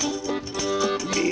to me